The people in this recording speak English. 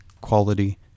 quality